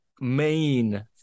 main